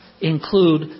include